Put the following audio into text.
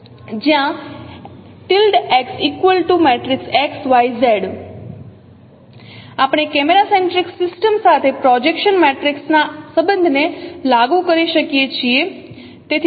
જ્યાં આપણેકેમેરા centric system સાથે પ્રોજેક્શન મેટ્રિક્સ ના સંબંધને લાગુ કરી શકીએ છીએ